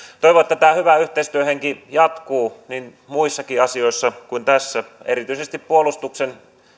toivon että tämä hyvä yhteistyöhenki jatkuu muissakin asioissa kuin tässä erityisesti puolustuksen